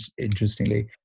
interestingly